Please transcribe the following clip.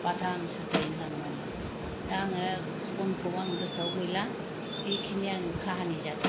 बाथाम सुदधायैनो लांनानै दा आङो सनखौ आं गोसोआव गैला बिकिनि आं काहानि जादों आरो